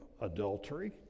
adultery